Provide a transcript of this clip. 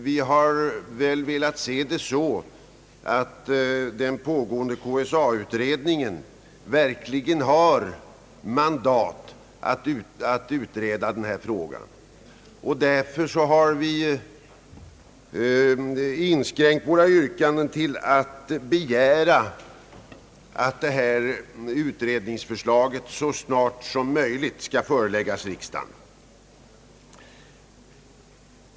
Högerpartiet har velat se det så, att den pågående KSA-utredningen verkligen har mandat att utreda denna fråga. Därför har vi inskränkt våra yrkanden till att avse en begäran om att utredningens förslag så snart som möjligt skall föreläggas riksdagen.